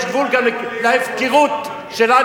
יש גבול גם להפקרות שלנו.